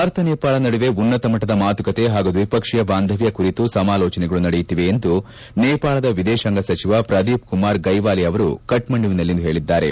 ಭಾರತ ನೇಪಾಳ ನಡುವೆ ಉನ್ನತ ಮಟ್ಲದ ಮಾತುಕತೆ ಹಾಗೂ ದ್ವಿಪಕ್ಷೀಯ ಬಾಂಧವ್ಲ ಕುರಿತು ಸಮಾಲೋಚನೆಗಳು ನಡೆಯುತ್ತಿವೆ ಎಂದು ನೇಪಾಳದ ವಿದೇಶಾಂಗ ಸಚಿವ ಪ್ರದೀಪ್ ಕುಮಾರ್ ಗೈವಾಲಿ ಅವರು ಕಕ್ಕಂಡುವಿನಲ್ಲಿ ಹೇಳಿದ್ದಾರೆ